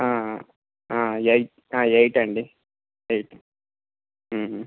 ఏయ్ ఎయిట్ అండి ఎయిట్